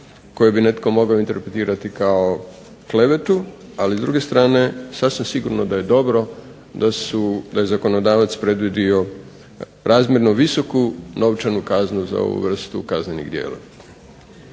koje bi netko mogao interpretirati kao klevetu. Ali s druge strane sasvim sigurno da je dobro da je zakonodavac predvidio razmjerno visoku novčanu kaznu za ovu vrstu kaznenih djela.